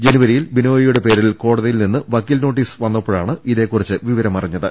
ജനുവരിയിൽ ബിനോയിയുടെ പേരിൽ കോടതിയിൽ നിന്ന് വക്കീൽ നോട്ടീസ് വന്നപ്പോഴാണ് ഇതേകുറിച്ച് വിവരമറിഞ്ഞത്